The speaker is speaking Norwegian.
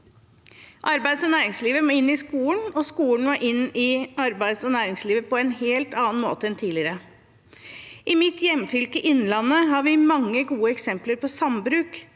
Arbeids- og næringslivet må inn i skolen, og skolen må inn i arbeids- og næringslivet på en helt annen måte enn tidligere. I mitt hjemfylke, Innlandet, har vi mange gode eksempler på sambruk.